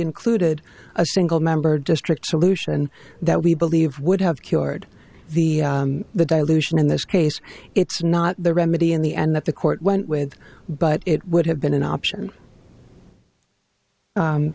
included a single member districts solution that we believe would have cured the the dilution in this case it's not the remedy in the end that the court went with but it would have been an option